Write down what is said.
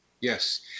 yes